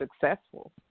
successful